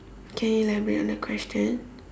can you elaborate on the question